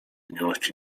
miłości